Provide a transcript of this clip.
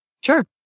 Sure